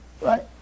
right